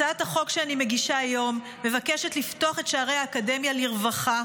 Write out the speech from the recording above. הצעת החוק שאני מגישה היום מבקשת לפתוח את שערי האקדמיה לרווחה,